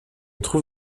trouve